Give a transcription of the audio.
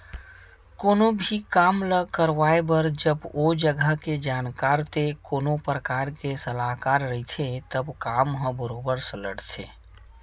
कोनो भी काम ल करवाए बर जब ओ जघा के जानकार ते कोनो परकार के सलाहकार रहिथे तब काम ह बरोबर सलटथे